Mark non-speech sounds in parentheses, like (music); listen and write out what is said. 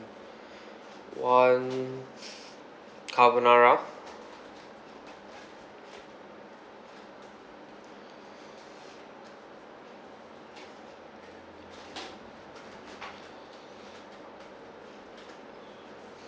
(breath) one carbonara (breath) (breath)